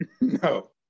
No